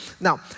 Now